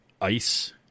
Ice